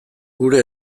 gure